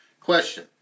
Question